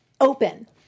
open